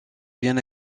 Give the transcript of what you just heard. bien